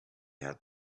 had